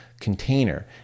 container